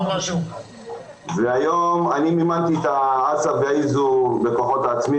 אני מימנתי את ה-HACCP ב-איזו בכוחות עצמי